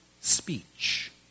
speech